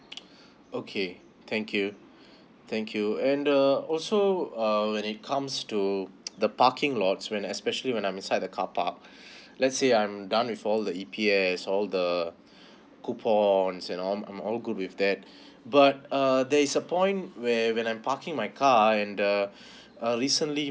okay thank you thank you and uh also uh when it comes to the parking lots when especially when I'm inside the carpark let's say I am done with all the E_P_S all the coupons and all I'm all good with that but uh there is a point where when I'm parking my car and the err recently